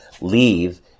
Leave